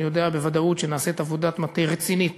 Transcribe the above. אני יודע בוודאות שנעשית עבודת מטה רצינית